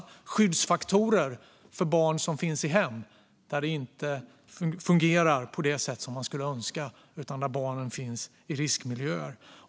Det är skyddsfaktorer för barn som finns i hem där det inte fungerar på det sätt man skulle önska utan där barnen finns i riskmiljöer.